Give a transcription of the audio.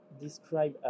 describe